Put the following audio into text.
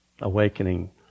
awakening